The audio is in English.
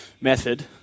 method